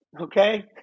Okay